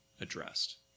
addressed